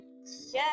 Yes